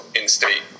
in-state